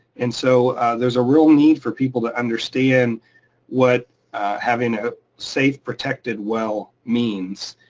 and so there's a real need for people to understand what having a safe, protected well means.